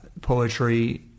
poetry